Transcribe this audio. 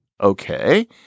Okay